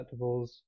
Collectibles